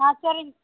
ஆ சேரிங்க